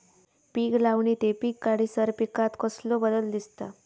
पीक लावणी ते पीक काढीसर पिकांत कसलो बदल दिसता?